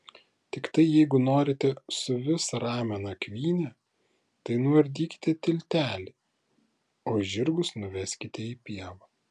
tiktai jeigu norite suvis ramią nakvynę tai nuardykite tiltelį o žirgus nuveskite į pievą